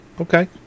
Okay